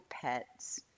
pets